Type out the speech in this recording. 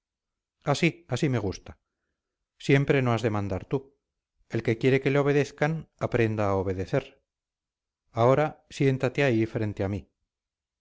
así así me gusta siempre no has de mandar tú el que quiere que le obedezcan aprenda a obedecer ahora siéntate ahí frente a mí